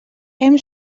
hem